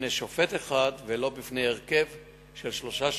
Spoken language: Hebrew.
בפני שופט אחד ולא בפני הרכב של שלושה שופטים,